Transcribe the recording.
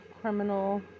criminal